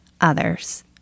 others